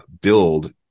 build